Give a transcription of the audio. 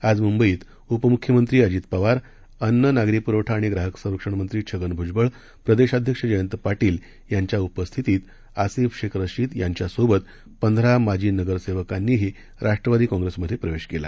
आज मुंबईत उपमुख्यमंत्री अजित पवार अन्न नागरी पुरवठा आणि ग्राहक संरक्षण मंत्री छगन भुजबळ प्रदेशाध्यक्ष जयंत पाटील यांच्या उपस्थितीत आसिफ शेख रशीद यांच्यासोबत पंधरा माजी नगरसेवकांनीही राष्ट्रवादी काँप्रेसमधे प्रवेश केला